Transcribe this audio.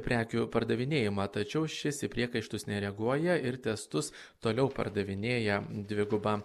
prekių pardavinėjimą tačiau šis į priekaištus nereaguoja ir testus toliau pardavinėja dviguba